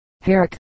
Herrick